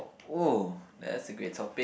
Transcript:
!whoa! that's a great topic